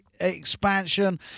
Expansion